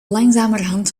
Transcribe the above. langzamerhand